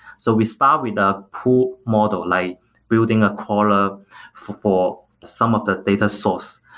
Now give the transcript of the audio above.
so we start with the pool model, like building a caller for for some of the data source.